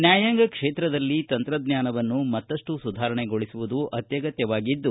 ನ್ಯಾಯಾಂಗ ಕ್ಷೇತ್ರದಲ್ಲಿ ತಂತ್ರಜ್ವಾನವನ್ನು ಮತ್ತಷ್ಟು ಸುಧಾರಣೆಗೊಳಿಸುವುದು ಅತ್ಯಗತ್ತವಾಗಿದ್ದು